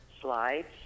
slides